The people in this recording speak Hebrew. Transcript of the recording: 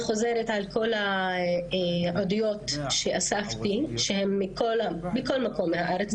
אם אני חוזרת על כל העדויות שאספתי מכל מקום מהארץ,